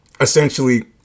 essentially